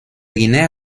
guinea